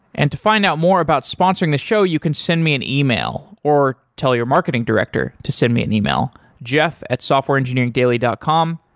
and to find out more about sponsoring the show, you can send me an yeah e-mail or tell your marketing director to send me an e-mail jeff at softwareengineeringdaily dot com.